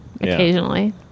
occasionally